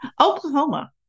Oklahoma